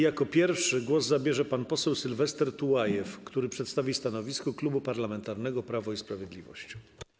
Jako pierwszy głos zabierze pan poseł Sylwester Tułajew, który przedstawi stanowisko Klubu Parlamentarnego Prawo i Sprawiedliwość.